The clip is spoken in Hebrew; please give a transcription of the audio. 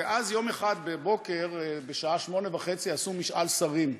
ואז יום אחד בבוקר, בשעה 08:30, עשו משאל שרים.